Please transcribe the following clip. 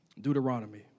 Deuteronomy